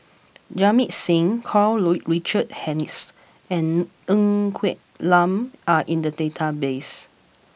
Jamit Singh Karl Richard Hanitsch and Ng Quee Lam are in the database